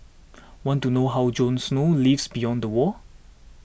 want to know how Jon Snow lives beyond the wall